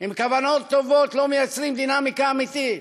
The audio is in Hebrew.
עם כוונות טובות לא מייצרים דינמיקה אמיתית,